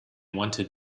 wanted